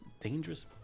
dangerous